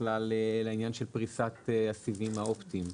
בכלל לעניין של פריסת הסיבים האופטיים,